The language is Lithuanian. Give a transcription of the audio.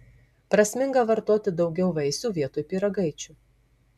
prasminga vartoti daugiau vaisių vietoj pyragaičių